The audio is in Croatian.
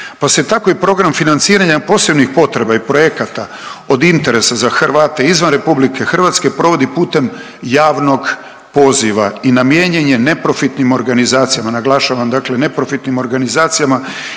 Pa se tako i program financiranja posebnih potreba i projekata od interesa za Hrvate izvan RH provodi putem javnog poziva i namijenjen je neprofitnim organizacijama, naglašavam, dakle neprofitnim organizacijama